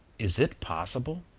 is it possible,